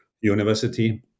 university